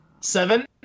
seven